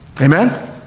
Amen